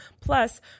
plus